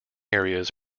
areas